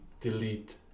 delete